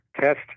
test